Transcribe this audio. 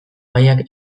gaiak